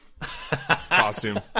costume